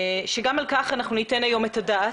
גם על כך ניתן היום את הדעת,